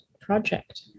project